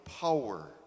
power